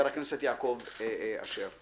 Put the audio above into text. חבר הכנסת יעקב אשר, בבקשה.